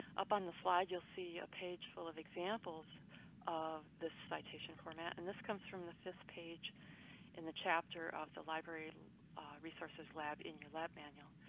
up on the slide, you'll see a page full of examples of the citation format. and this comes from the fifth page in the chapter of the library resources lab in your lab manual.